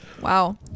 wow